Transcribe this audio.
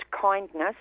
kindness